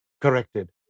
corrected